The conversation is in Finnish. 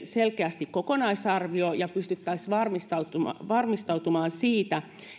selkeästi kokonaisarvio ja pystyttäisiin varmistautumaan varmistautumaan siitä